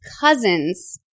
cousins